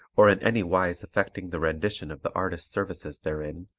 or in any wise affecting the rendition of the artist's services therein,